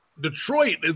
Detroit